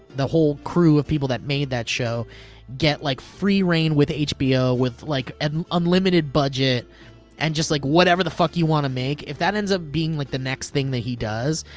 the whole crew of people that made that show get like free reign with hbo with like ah unlimited budget and just like whatever the fuck you wanna make. if that ends up being the next thing that he does,